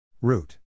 Root